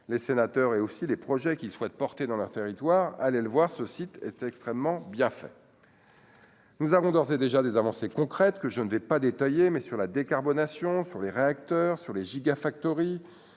les sénateurs et aussi les projets qu'il souhaite porter dans leur territoire, allez le voir ce site était extrêmement bien fait, nous avons d'ores et déjà des avancées concrètes que je ne vais pas détailler, mais sur la décarbonation sur les réacteurs sur les giga factories